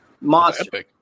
monster